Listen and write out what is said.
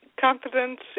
confidence